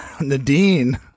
Nadine